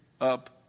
up